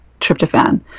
tryptophan